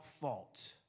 fault